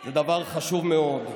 זה דבר חשוב מאוד.